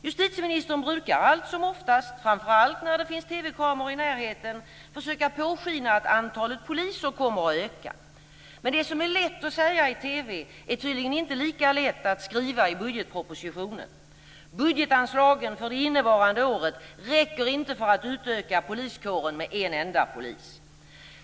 Justitieministern brukar alltsomoftast - framför allt när det finns TV-kameror i närheten - försöka påskina att antalet poliser kommer att öka. Men det som är lätt att säga i TV är tydligen inte lika lätt att skriva i budgetpropositionen. Budgetanslagen för det innevarande året räcker inte för att utöka poliskåren med en enda polis.